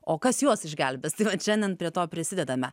o kas juos išgelbės tai vat šiandien prie to prisidedame